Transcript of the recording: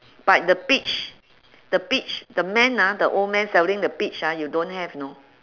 but the peach the peach the man ah the old man selling the peach ah you don't have know